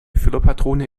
füllerpatrone